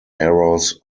errors